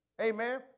Amen